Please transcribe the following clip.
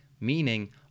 Meaning